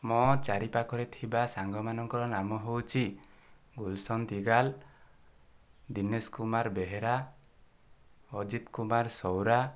ମୋ ଚାରି ପାଖରେ ଥିବା ସାଙ୍ଗ ମାନଙ୍କର ନାମ ହେଉଛି ଗୁଲସନ ଦିଗାଲ ଦୀନେଶ କୁମାର ବେହେରା ଅଜିତ କୁମାର ସଉରା